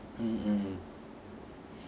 mm mm